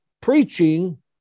Preaching